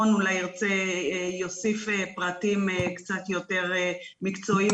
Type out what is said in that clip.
רון אולי יוסיף פרטים קצת יותר מקצועיים